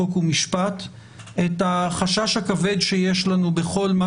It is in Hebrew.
חוק ומשפט את החשש הכבד שיש לנו בכל מה